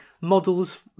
models